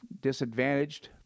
disadvantaged